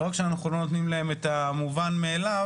לא רק שאנחנו לא נותנים להם את המובן מאליו,